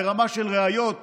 ברמה של ראיות,